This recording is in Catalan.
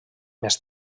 més